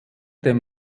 dem